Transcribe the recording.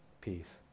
peace